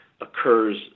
occurs